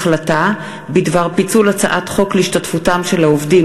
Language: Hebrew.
החלטה בדבר פיצול הצעת חוק להשתתפותם של העובדים,